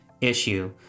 issue